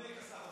אתה מתחמק,